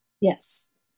Yes